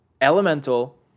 Elemental